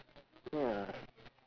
ya